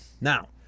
Now